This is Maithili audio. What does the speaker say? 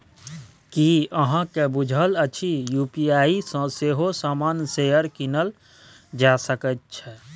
की अहाँक बुझल अछि यू.पी.आई सँ सेहो सामान्य शेयर कीनल जा सकैत छै?